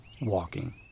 WALKING